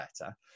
better